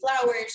flowers